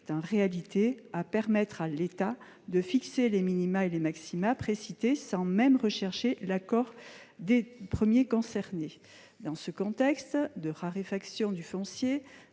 en réalité à permettre à l'État de fixer les minima et les maxima précités sans même rechercher l'accord des premiers concernés. Dans un contexte de raréfaction du foncier,